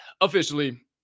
Officially